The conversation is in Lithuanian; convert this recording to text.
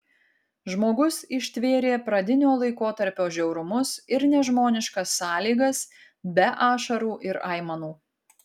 žmogus ištvėrė pradinio laikotarpio žiaurumus ir nežmoniškas sąlygas be ašarų ir aimanų